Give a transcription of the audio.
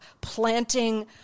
planting